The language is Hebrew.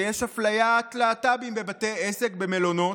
ויש אפליית להט"בים בבתי עסק ומלונות,